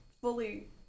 fully